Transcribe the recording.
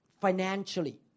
financially